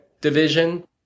division